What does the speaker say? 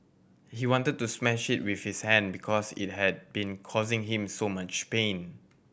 he wanted to smash it with his hand because it had been causing him so much pain